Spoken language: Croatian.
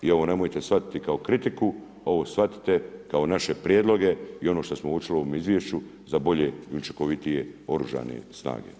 I ovo nemojte shvatiti kao kritiku, ovo shvatite kao naše prijedloge i ono što smo … u ovom izvješću za bolje i učinkovitije Oružane snage.